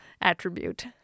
attribute